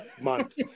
month